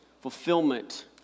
fulfillment